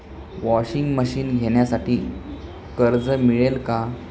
Washing machine घेण्यासाठी कर्ज मिळेल का?